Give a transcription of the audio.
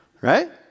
Right